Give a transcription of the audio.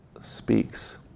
speaks